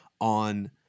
on